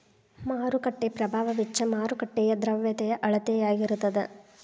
ಮಾರುಕಟ್ಟೆ ಪ್ರಭಾವ ವೆಚ್ಚ ಮಾರುಕಟ್ಟೆಯ ದ್ರವ್ಯತೆಯ ಅಳತೆಯಾಗಿರತದ